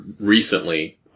recently